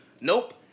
Nope